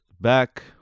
back